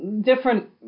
different